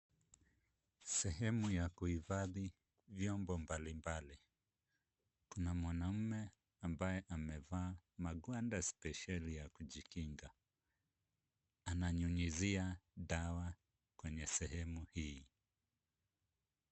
Sehemu ya kuhifadhi vyombo mbalimbali. Kuna mwanaume ambaye amevaa magwanda spesheli ya kujikinga. Ananyunyizia dawa kwenye sehemu hii.